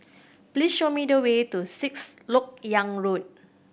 please show me the way to Sixth Lok Yang Road